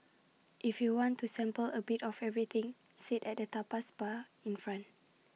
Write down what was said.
if you want to sample A bit of everything sit at the tapas bar in front